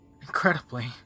Incredibly